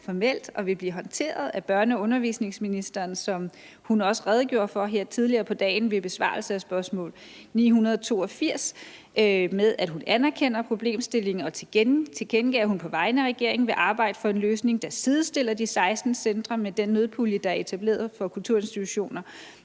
hos og vil blive håndteret af børne- og undervisningsministeren – hvad hun også redegjorde for her tidligere på dagen ved besvarelsen af spørgsmål nr. S 982, ved at hun anerkender problemstillingen og tilkendegav, at hun på vegne af regeringen vil arbejde for en løsning, der sidestiller de 16 centre med den nødpulje, der er etableret for kulturinstitutioner,